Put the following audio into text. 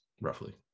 roughly